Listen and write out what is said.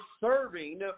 serving